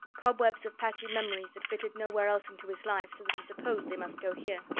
cobwebs of patchy memories that fitted nowhere else into his life so that he supposed they must go here.